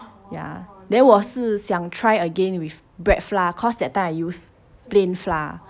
ya then 我是想 try again with bread flour cause that time I use plain flour